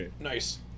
Nice